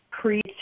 Create